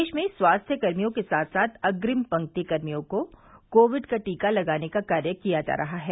प्रदेश में स्वास्थ्य कर्मियों के साथ साथ अग्रिम पंक्ति कर्मियों को कोविड का टीका लगाने का कार्य किया जा रहा है